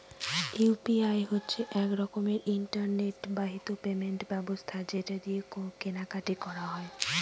UPI হচ্ছে এক রকমের ইন্টারনেট বাহিত পেমেন্ট ব্যবস্থা যেটা দিয়ে কেনা কাটি করা যায়